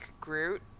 Groot